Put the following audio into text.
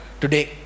today